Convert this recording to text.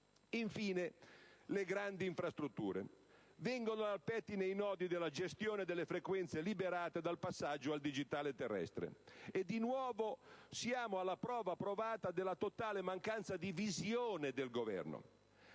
riguarda le grandi infrastrutture, vengono al pettine i nodi della gestione delle frequenze liberate dal passaggio al digitale terrestre; di nuovo, siamo alla prova provata della totale mancanza di visione del Governo.